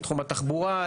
לתחום התחבורה,